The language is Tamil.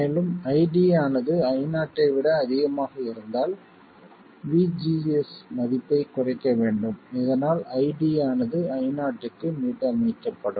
மேலும் ID ஆனது Io ஐ விட அதிகமாக இருந்தால் VGS மதிப்பைக் குறைக்க வேண்டும் இதனால் ID ஆனது Io க்கு மீட்டமைக்கப்படும்